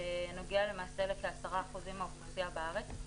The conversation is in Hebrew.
בנוגע לכ-10% מהאוכלוסייה בארץ.